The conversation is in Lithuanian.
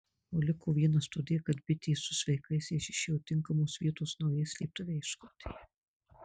o liko vienas todėl kad bitė su sveikaisiais išėjo tinkamos vietos naujai slėptuvei ieškoti